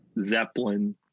Zeppelin